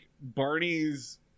Barney's